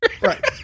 Right